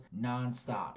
nonstop